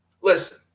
Listen